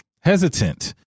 hesitant